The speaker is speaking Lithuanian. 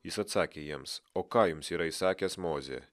jis atsakė jiems o ką jums yra įsakęs mozė